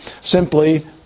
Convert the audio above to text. simply